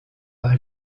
par